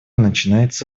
начинается